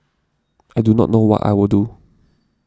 I do not know what I will do